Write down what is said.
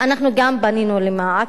אנחנו גם פנינו למע"צ.